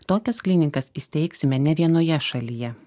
tokias klinikas įsteigsime ne vienoje šalyje